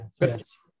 yes